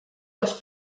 les